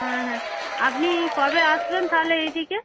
হ্যাঁ হ্যাঁ আপনি কবে আসবেন তাহলে এই দিকে